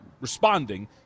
Responding